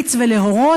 להמליץ ולהורות,